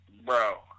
Bro